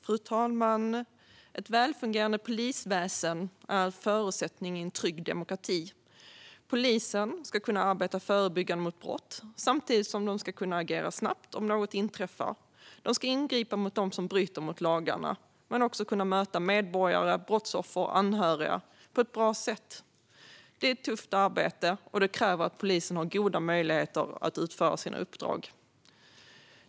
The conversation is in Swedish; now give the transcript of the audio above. Fru talman! Ett välfungerande polisväsen är en förutsättning för en trygg demokrati. Polisen ska kunna arbeta förebyggande mot brott, samtidigt som de ska kunna agera snabbt om något inträffar. De ska ingripa mot dem som bryter mot lagarna men också kunna möta medborgare, brottsoffer och anhöriga på ett bra sätt. Det är ett tufft arbete, och det kräver att polisen har goda möjligheter att utföra sina uppdrag.